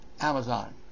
Amazon